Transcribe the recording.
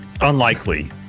unlikely